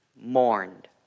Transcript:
mourned